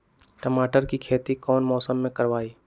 टमाटर की खेती कौन मौसम में करवाई?